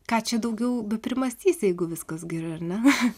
ką čia daugiau primąstysi jeigu viskas gerai ar ne